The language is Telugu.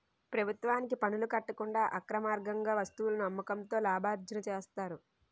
ప్రభుత్వానికి పనులు కట్టకుండా అక్రమార్గంగా వస్తువులను అమ్మకంతో లాభార్జన చేస్తారు